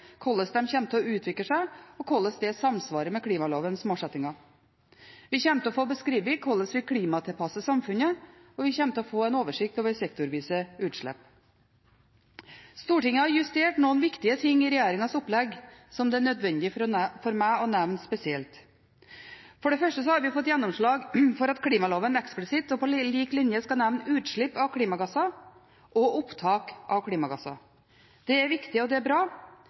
hvordan de kommer til å utvikle seg, og hvordan det samsvarer med klimalovens målsettinger. Vi kommer til å få beskrevet hvordan vi klimatilpasser samfunnet, og vi kommer til å få en oversikt over sektorvise utslipp. Stortinget har justert noen viktige ting i regjeringens opplegg som det er nødvendig for meg å nevne spesielt. For det første har vi fått gjennomslag for at klimaloven eksplisitt og på lik linje skal nevne utslipp av klimagasser og opptak av klimagasser. Det er viktig og bra. Noen vil antakelig mene at det er